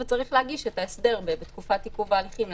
וצריך להגיש את ההסדר בתקופת עיכוב ההליכים.